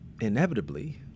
inevitably